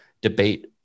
debate